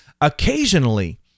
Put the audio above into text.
Occasionally